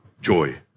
joy